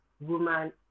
woman